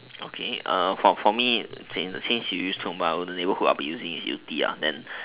okay for for me since you using in tiong-bahru in the neighbourhood I'll be using in yew-tee then